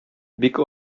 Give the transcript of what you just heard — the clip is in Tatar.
бик